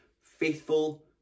faithful